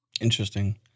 Interesting